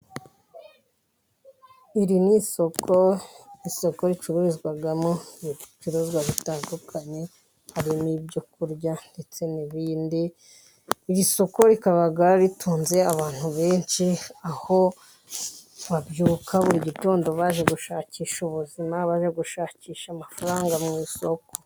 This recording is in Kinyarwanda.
Iri ni isoko, isoko ricururizwamo ibicuruzwa bitandukanye harimo ibyo kurya ndetse n'ibindi, iri soko rikaba ritunze abantu benshi aho babyuka buri gitondo baje gushakisha ubuzima, bajya gushakisha amafaranga mu isoko.